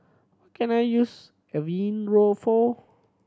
can I use Avene for